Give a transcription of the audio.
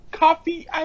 coffee